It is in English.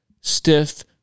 stiff